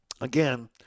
again